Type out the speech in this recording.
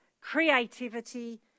creativity